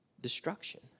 destruction